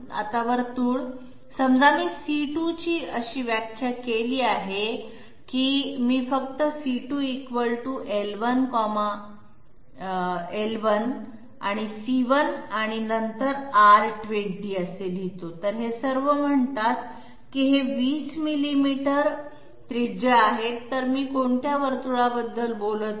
आता वर्तुळ समजा मी c2 अशी व्याख्या केली आणि समजा मी फक्त c2 l1 c1 आणि नंतर R20 असे लिहितो तर हे सर्व म्हणतात की ते 20 मिलिमीटर त्रिज्या आहेत तर मी कोणत्या वर्तुळाबद्दल बोलत आहे